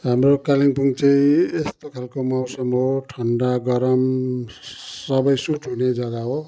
हाम्रो कालिम्पोङ चाहिँ यस्तो खालको मौसम हो ठन्डा गरम सबै सुट हुने जग्गा हो